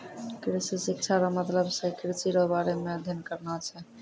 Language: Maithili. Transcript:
कृषि शिक्षा रो मतलब छै कृषि रो बारे मे अध्ययन करना छै